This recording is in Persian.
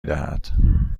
دهد